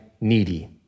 needy